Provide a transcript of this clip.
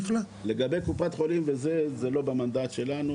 לגבי קופת חולים זה לא במנדט שלנו,